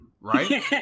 right